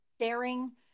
sharing